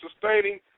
sustaining